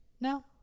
no